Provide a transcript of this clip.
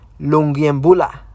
Lungiembula